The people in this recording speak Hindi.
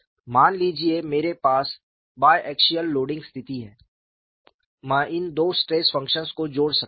मान लीजिए मेरे पास बाय एक्सियल लोडिंग स्थिति है मैं इन दो स्ट्रेस फंक्शन्स को जोड़ सकता हूं